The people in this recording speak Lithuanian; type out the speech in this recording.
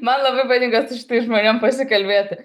man labai patinka su šitais žmonėm pasikalbėti